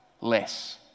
less